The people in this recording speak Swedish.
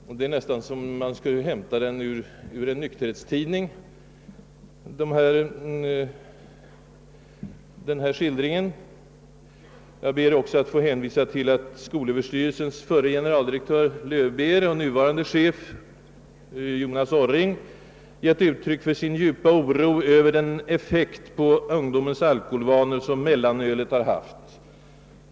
Man skulle nästan ha kunnat hämta denna skildring ur en nykterhetstidning. Jag ber också att få hänvisa till att skolöverstyrelsens förre generaldirektör Hans Löwbeer och dess nuvarande chef Jonas Orring givit uttryck åt sin djupa oro över den effekt på ungdomens alkoholvanor som mellanölet har haft.